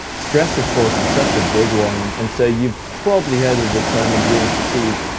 stress, of course, is such a big one and and so you've probably heard of the term adrenal fatigue.